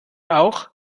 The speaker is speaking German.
auch